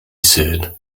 said